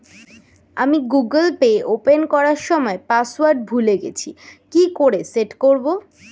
আমি Google pay open করার সময় পাসওয়ার্ড ভুলে গেছি কি করে সেট করব?